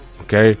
Okay